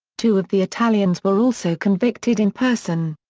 two of the italians were also convicted in person.